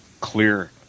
clear